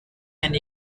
and